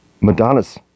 Madonna's